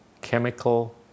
chemical